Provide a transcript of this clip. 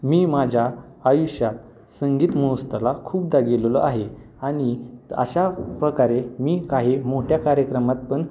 मी माझ्या आयुष्यात संगीत महोस्तवाला खूपदा गेलेलो आहे आणि अशा प्रकारे मी काही मोठ्या कार्यक्रमात पण